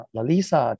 Lalisa 、